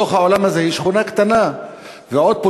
אותנו לעוד מלחמה ועוד מלחמה.